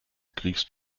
kriegst